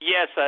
Yes